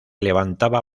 levantaba